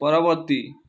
ପରବର୍ତ୍ତୀ